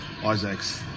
Isaac's